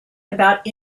about